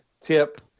tip